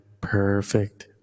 perfect